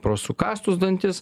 pro sukąstus dantis